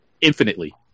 infinitely